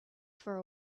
for